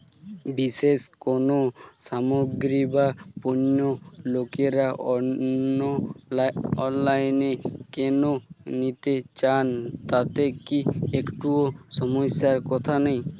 বিশেষ কোনো সামগ্রী বা পণ্য লোকেরা অনলাইনে কেন নিতে চান তাতে কি একটুও সমস্যার কথা নেই?